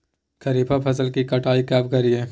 खरीफ फसल की कटाई कब करिये?